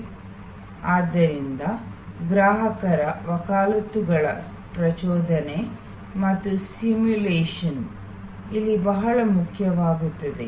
ಆದ್ದರಿಂದ ಬಲವಾದ ಸಾಂಸ್ಥಿಕ ಚಿತ್ರಗಳನ್ನು ಸೃಷ್ಟಿಸುವಲ್ಲಿ ಗ್ರಾಹಕರ ಅಣಕು ಸಮರ್ಥನೆ ಮತ್ತು ಪ್ರಚೋದನೆ ಬಹಳ ಮುಖ್ಯವಾಗುತ್ತದೆ